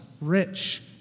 rich